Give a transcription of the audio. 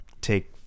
take